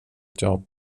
job